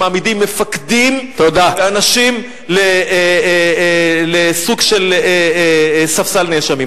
שמעמידים מפקדים ואנשים על סוג של ספסל נאשמים.